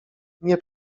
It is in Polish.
nie